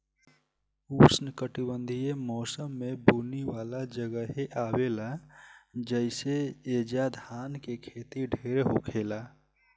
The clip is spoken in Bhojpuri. उष्णकटिबंधीय मौसम में बुनी वाला जगहे आवेला जइसे ऐजा धान के खेती ढेर होखेला